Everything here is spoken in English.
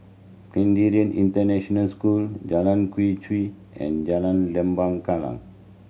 Canadian International School Jalan Quee and Jalan Lembah Kallang